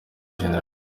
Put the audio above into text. gen